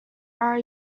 are